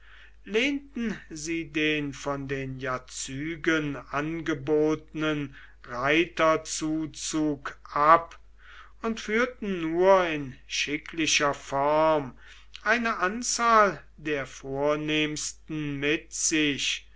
lehnten sie den von den jazygen angebotenen reiterzuzug ab und führten nur in schicklicher form eine anzahl der vornehmsten mit sich